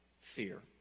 fear